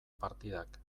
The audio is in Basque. partidak